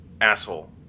asshole